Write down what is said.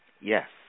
Yes